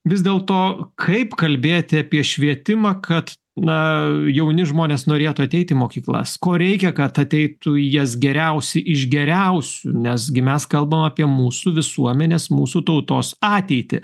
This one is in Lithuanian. vis dėl to kaip kalbėti apie švietimą kad na jauni žmonės norėtų ateiti į mokyklas ko reikia kad ateitų į jas geriausi iš geriausių nes gi mes kalbam apie mūsų visuomenės mūsų tautos ateitį